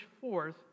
forth